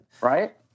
Right